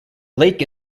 lake